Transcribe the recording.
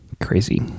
Crazy